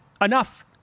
Enough